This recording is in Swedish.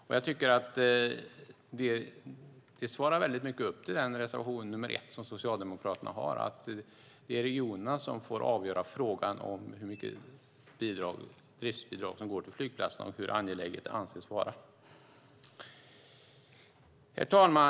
Detta svarar till stor del upp till reservation 1 från Socialdemokraterna om att det är regionerna som får avgöra frågan om hur mycket driftsbidrag som går till flygplatserna och hur angeläget det anses vara. Herr talman!